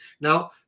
Now